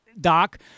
Doc